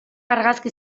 argazki